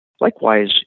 Likewise